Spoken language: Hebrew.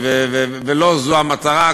ולא זו המטרה.